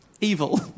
Evil